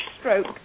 stroke